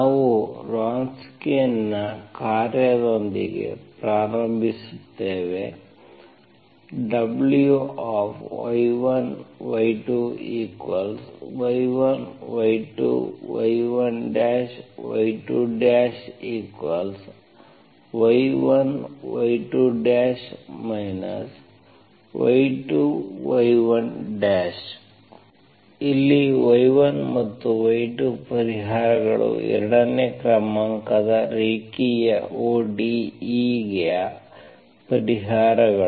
ನಾವು ವ್ರೊನ್ಸ್ಕಿಯನ್ ಕಾರ್ಯದೊಂದಿಗೆ ಪ್ರಾರಂಭಿಸುತ್ತೇವೆ Wy1y2y1 y2 y1 y2 y1y2 y2y1 ಇಲ್ಲಿ y1 ಮತ್ತು y2 ಪರಿಹಾರಗಳು ಎರಡನೇ ಕ್ರಮಾಂಕದ ರೇಖೀಯ ODE ಯ ಪರಿಹಾರಗಳು